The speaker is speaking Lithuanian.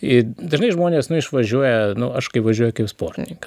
ir dažnai žmonės išvažiuoja nu aš kaip važiuoju kaip sportininkas